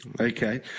Okay